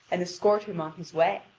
and escort him on his way.